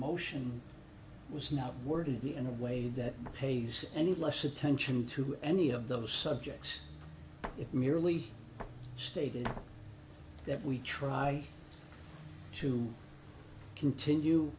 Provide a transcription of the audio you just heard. motion was not worded in a way that pays any less attention to any of those subjects it merely stated that we try to continue